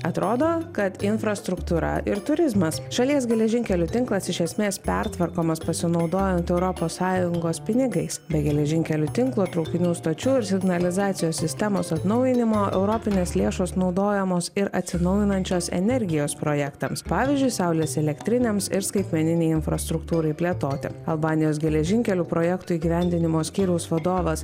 atrodo kad infrastruktūra ir turizmas šalies geležinkelių tinklas iš esmės pertvarkomas pasinaudojant europos sąjungos pinigais bei geležinkelių tinklo traukinių stočių ir signalizacijos sistemos atnaujinimą europinės lėšos naudojamos ir atsinaujinančios energijos projektams pavyzdžiui saulės elektrinėms ir skaitmeninei infrastruktūrai plėtoti albanijos geležinkelių projekto įgyvendinimo skyriaus vadovas